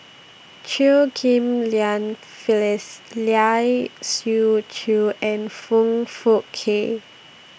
Chew Ghim Lian Phyllis Lai Siu Chiu and Foong Fook Kay